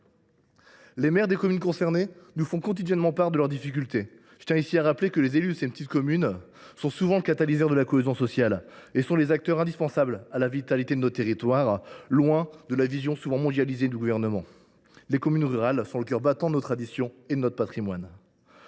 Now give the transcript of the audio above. Les maires de ces communes nous font quotidiennement part de leur difficulté. Je tiens ici à rappeler que les élus de ces petites communes sont souvent le catalyseur de la cohésion sociale et restent les acteurs indispensables à la vitalité de nos territoires, loin de la vision souvent mondialisée du Gouvernement. Les communes rurales sont le cœur battant de nos traditions et de notre patrimoine.